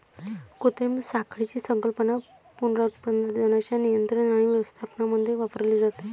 कृत्रिम साखळीची संकल्पना पुनरुत्पादनाच्या नियंत्रण आणि व्यवस्थापनामध्ये वापरली जाते